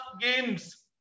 games